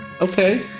okay